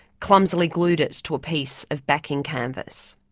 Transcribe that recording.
clumsily glued it to a piece of backing canvas.